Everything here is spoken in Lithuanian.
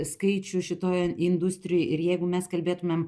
skaičių šitoj industrijoj ir jeigu mes kalbėtumėm